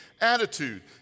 attitude